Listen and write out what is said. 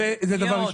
יהיו עוד.